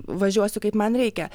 važiuosiu kaip man reikia